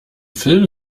film